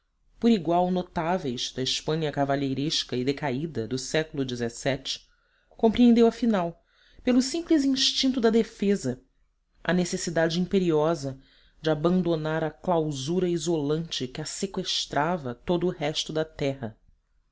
por igual notáveis da espanha cavalheiresca e decaída do século xvii compreendeu afinal pelo simples instinto da defesa a necessidade imperiosa de abandonar a clausura isolante que a seqüestrava de todo o resto da terra